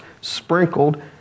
sprinkled